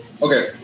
Okay